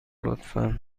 لطفا